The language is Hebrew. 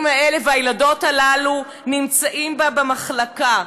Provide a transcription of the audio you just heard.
האלה והילדות הללו נמצאים בה במחלקה.